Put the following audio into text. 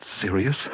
serious